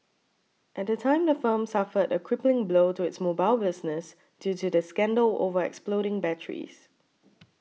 at the time the firm suffered a crippling blow to its mobile business due to the scandal over exploding batteries